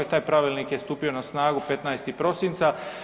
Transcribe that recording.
Taj pravilnik je stupio na snagu 15. prosinca.